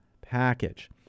package